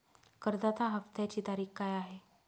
कर्जाचा हफ्त्याची तारीख काय आहे?